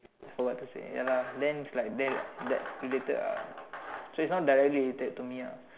forgot what to say ya lah then like related ah so it's not directly related to me ah